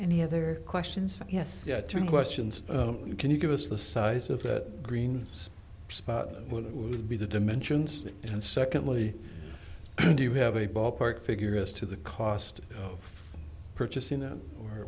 any of their questions yes yet to questions you can you give us the size of that green spot what would be the dimensions and secondly do you have a ballpark figure as to the cost of purchasing them or